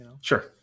Sure